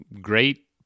great